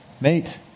mate